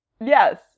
Yes